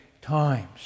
times